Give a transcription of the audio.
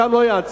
אותם לא יעצרו.